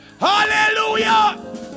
Hallelujah